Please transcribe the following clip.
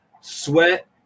sweat